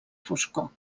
foscor